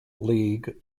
league